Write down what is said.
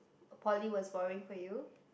poly was boring for you